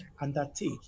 undertake